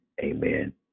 amen